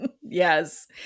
Yes